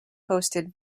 hosted